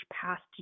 passed